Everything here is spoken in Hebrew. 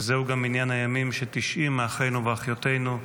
וזהו גם מניין הימים ש-90 מאחינו ומאחיותינו,